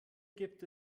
gibt